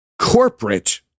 corporate